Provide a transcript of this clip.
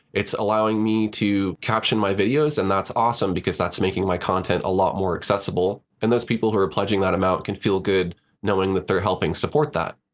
it's allowing me to caption my videos and that's awesome, because that's making my content a lot more accessible. and those people who are pledging that amount can feel good knowing that they're helping support that.